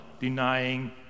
denying